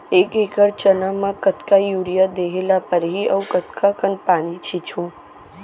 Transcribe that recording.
एक एकड़ चना म कतका यूरिया देहे ल परहि अऊ कतका कन पानी छींचहुं?